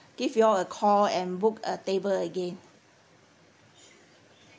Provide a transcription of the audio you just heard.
give you all a call and book a table again